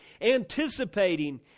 Anticipating